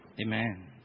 Amen